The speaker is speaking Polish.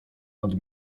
nad